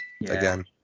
again